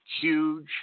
huge